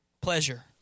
pleasure